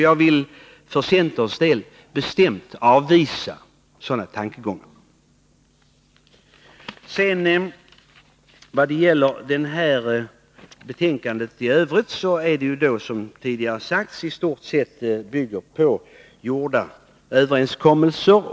Jag vill för centerns del bestämt avvisa sådana tankegångar. Betänkandet i övrigt bygger, som tidigare har sagts, på gjorda överenskommelser.